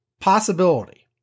possibility